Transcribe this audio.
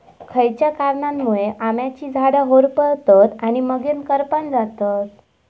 खयच्या कारणांमुळे आम्याची झाडा होरपळतत आणि मगेन करपान जातत?